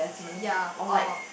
ya or